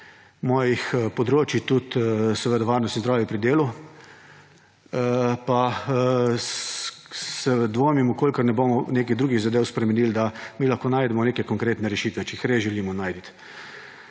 mojih področij tudi varnost in zdravje pri delu, pa dvomim, če ne bomo nekih drugih zadev spremenili, da lahko najdemo neke konkretne rešitve. Če jih res želimo najti.